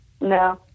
No